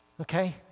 okay